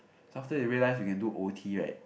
so after they realise we can do o_t right